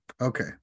okay